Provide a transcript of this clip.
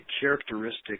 characteristic